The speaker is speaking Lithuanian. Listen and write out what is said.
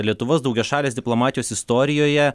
lietuvos daugiašalės diplomatijos istorijoje